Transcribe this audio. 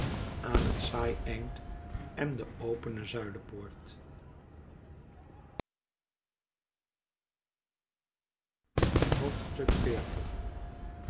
aan het zaaleind en de opene zuilenpoort